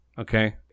Okay